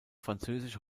französisch